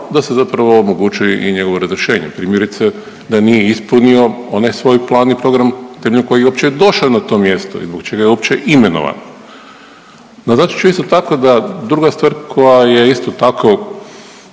da se zapravo omogući i njegovo razrješenje. Primjerice, da nije ispunio onaj svoj plan i program temeljem kojeg je uopće došao na to mjesto i zbog čega je uopće imenovan. Naglasit ću isto tako da druga stvar koja je isto tako